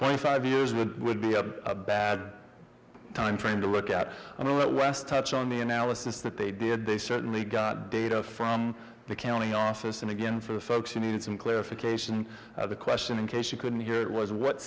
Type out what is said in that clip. twenty five years with would be a bad time trying to look at the last touch on the analysis that they did they certainly got data from the county office and again for folks who need some clarification of the question in case you couldn't hear it was what